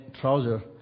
trouser